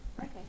Okay